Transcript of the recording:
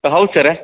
ಹಾಂ ಹೌದು ಸರ್